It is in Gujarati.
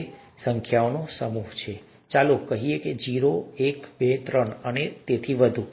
ત્યાં સંખ્યાઓનો સમૂહ છે ચાલો કહીએ 0 1 2 3 અને તેથી વધુ